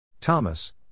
Thomas